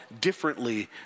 differently